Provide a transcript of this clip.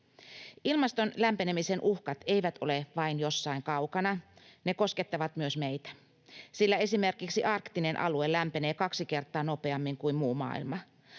Ilmaston lämpenemisen uhkat eivät ole vain jossain kaukana. Ne koskettavat myös meitä, sillä esimerkiksi arktinen alue lämpenee kaksi kertaa nopeammin kuin muu maailma.